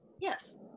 Yes